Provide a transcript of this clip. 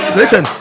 listen